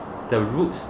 the roots